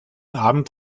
abend